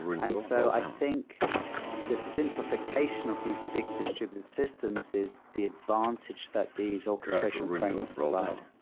and so i think the simplification of these big distributed systems is the advantage that these orchestration frameworks provide.